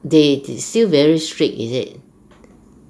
they they still very strict is it